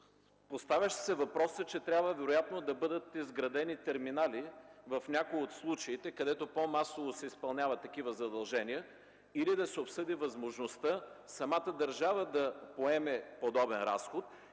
Поставяше се въпросът, че трябва да бъдат изградени вероятно терминали в някои от случаите, където по-масово се изпълняват такива задължения, да се обсъди възможността самата държава да поеме подобен разход